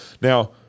Now